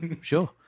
sure